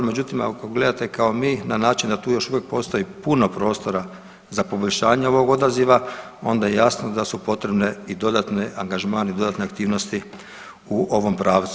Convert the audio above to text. Međutim, ako gledate kao mi na način da tu još uvijek postoji puno prostora za poboljšanje ovog odaziva, onda je jasno da su potrebne i dodatni angažman i dodatne aktivnosti u ovom pravcu.